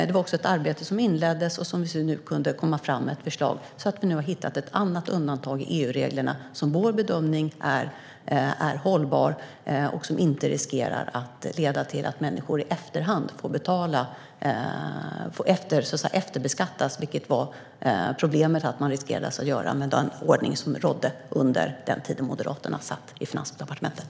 Det arbetet inleddes, och nu har vi kunnat komma fram med ett förslag. Vi har nu hittat ett annat undantag i EU-reglerna. Enligt vår bedömning är det hållbart och riskerar inte att leda till att människor får betala i efterhand. Just att man riskerade att efterbeskattas var problemet med den ordning som rådde under den tid då Moderaterna satt i Finansdepartementet.